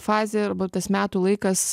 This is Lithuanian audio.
fazė arba tas metų laikas